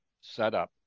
setup